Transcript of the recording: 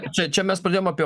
čia čia mes pradėjom apie